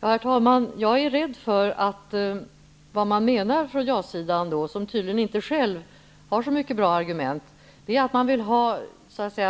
Herr talman! Jag är rädd för att man på ja-sidan, som inte har så bra argument, vill ha